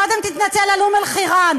מה עם הפוליגמיה?